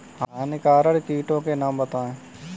हानिकारक कीटों के नाम बताएँ?